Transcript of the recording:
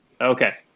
Okay